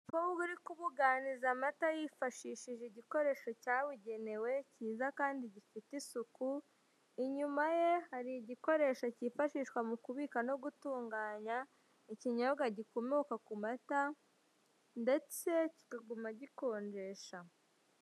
uri kubuganiza amata yifashishije igikoresho cyabugenewe cyiza kandi giufite isuku , inyuma ye hari igikoresho cyifashishwa mu kubika no gutunganya ikunyobwa gikomoka ku mata ndetse kikagumya gikonjesha .